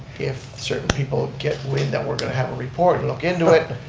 if certain people get wind that we're going to have a report and look into it,